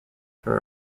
for